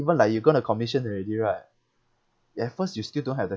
even like you going to commission already right you at first you still don't have